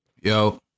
yo